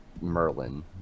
merlin